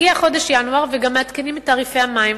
הגיע חודש ינואר וגם מעדכנים את תעריפי המים.